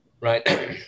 right